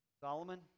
Solomon